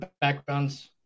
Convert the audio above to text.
backgrounds